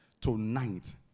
tonight